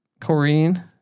Corrine